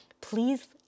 please